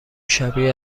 شبیه